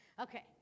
Okay